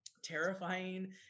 terrifying